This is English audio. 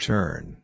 Turn